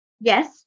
Yes